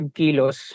kilos